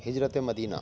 ہجرت مدینہ